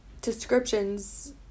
descriptions